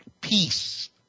peace